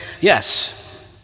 yes